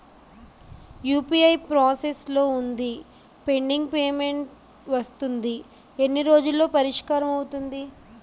UPI process లో వుంది pending payment వస్తుంది ఎన్ని రోజుల్లో పరిష్కారం అవుతుంది